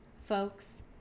folks